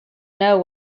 know